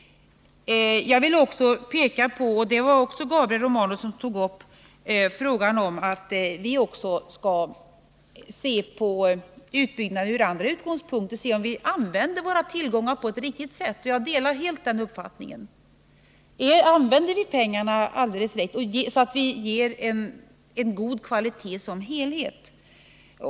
Gabriel Romanus framhöll vidare att vi också skall se på utbyggnaden från andra utgångspunkter, se om vi använder våra tillgångar på ett riktigt sätt. Jag delar helt den uppfattningen. Använder vi pengarna alldeles rätt, så att vi åstadkommer så god kvalitet som möjligt?